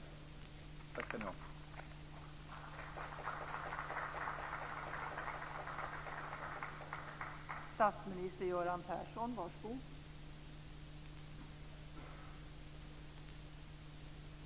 Tack skall ni ha.